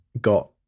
got